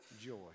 joy